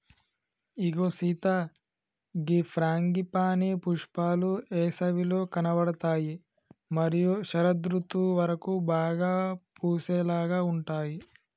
ఇగో సీత గీ ఫ్రాంగిపానీ పుష్పాలు ఏసవిలో కనబడుతాయి మరియు శరదృతువు వరకు బాగా పూసేలాగా ఉంటాయి